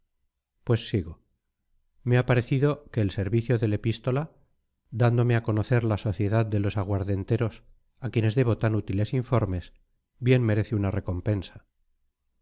pues sigo me ha parecido que el servicio del epístola dándome a conocer la sociedad de los aguardenteros a quienes debo tan útiles informes bien merece una recompensa